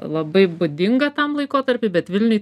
labai būdinga tam laikotarpiui bet vilniuj